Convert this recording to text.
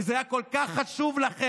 כי זה היה כל כך חשוב לכם,